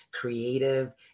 creative